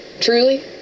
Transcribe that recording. truly